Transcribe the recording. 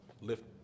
lift